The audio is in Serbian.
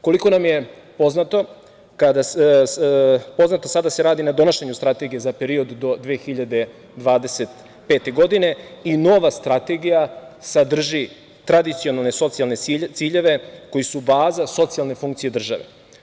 Koliko nam je poznato, sada se radi na donošenju strategije za period do 2025. godine i nova strategija sadrži tradicionalne socijalne ciljeve koji su baza socijalne funkcije države.